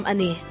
Ani